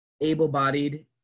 able-bodied